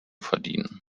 verdienen